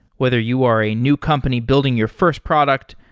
whether you are a new company building your first product,